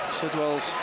Sidwell's